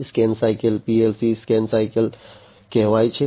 scan cycle PLC scan સાયકલકહેવાય છે